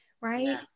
Right